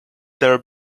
their